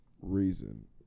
reason